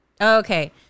Okay